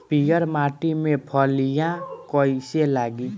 पीयर माटी में फलियां कइसे लागी?